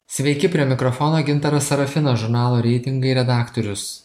sveiki prie mikrofono gintaras serafinas žurnalo reitingai redaktorius